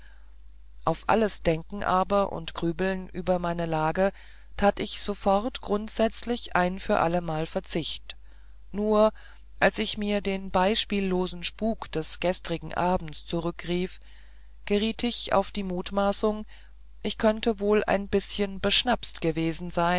auf alles denken aber und grübeln über meine lage tat ich sofort grundsätzlich ein für allemal verzicht nur als ich mir den beispiellosen spuk des gestrigen abends zurückrief geriet ich auf die mutmaßung ich könnte wohl ein bißchen beschnapst gewesen sein